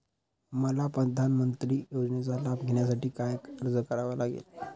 मला प्रधानमंत्री योजनेचा लाभ घेण्यासाठी काय अर्ज करावा लागेल?